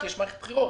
כי יש מערכת בחירות.